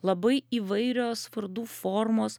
labai įvairios vardų formos